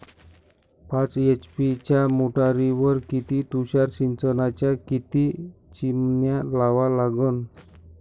पाच एच.पी च्या मोटारीवर किती तुषार सिंचनाच्या किती चिमन्या लावा लागन?